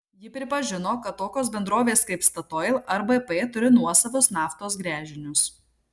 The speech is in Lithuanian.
ji pripažino kad tokios bendrovės kaip statoil ar bp turi nuosavus naftos gręžinius